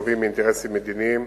נובעים מאינטרסים מדיניים